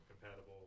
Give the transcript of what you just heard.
compatible